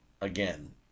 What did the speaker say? Again